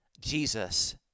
Jesus